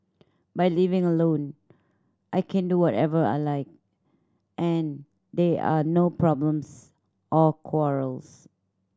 by living alone I can do whatever I like and there are no problems or quarrels